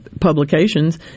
publications